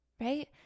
right